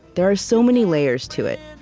there are so many layers to it,